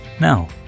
Now